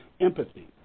empathy